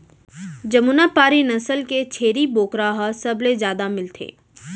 जमुना पारी नसल के छेरी बोकरा ह सबले जादा मिलथे